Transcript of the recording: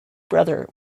brother